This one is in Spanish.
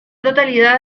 totalidad